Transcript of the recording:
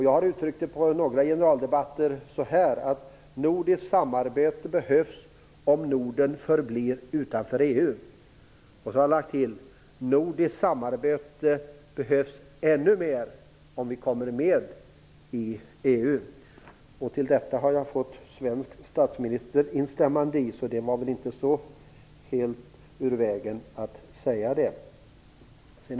Jag har vid några generaldebatter uttryckt det så att nordiskt samarbete behövs om Norden förblir utanför EU. Men jag har också lagt till att nordiskt samarbete behövs ännu mer om vi kommer med i EU. I detta har jag fått ett instämmande från den svenske statsministern, så det var väl inte helt fel att säga det.